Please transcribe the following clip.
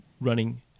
running